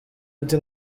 ufite